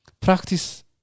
practice